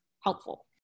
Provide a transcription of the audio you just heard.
helpful